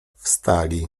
wstali